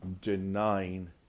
denying